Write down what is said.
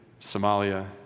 Somalia